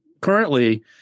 currently